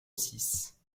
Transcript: six